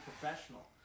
professional